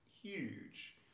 Huge